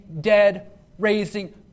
dead-raising